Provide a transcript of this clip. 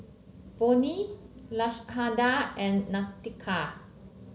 Bonnie Lashanda and Nautica